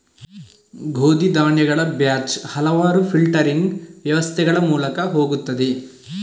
ಗೋಧಿ ಧಾನ್ಯಗಳ ಬ್ಯಾಚ್ ಹಲವಾರು ಫಿಲ್ಟರಿಂಗ್ ವ್ಯವಸ್ಥೆಗಳ ಮೂಲಕ ಹೋಗುತ್ತದೆ